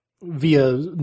via